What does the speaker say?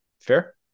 Fair